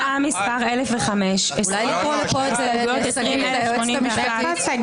הצבעה 1005. מי בעד?